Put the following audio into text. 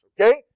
okay